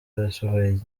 yasohoye